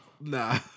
Nah